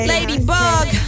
Ladybug